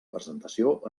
presentació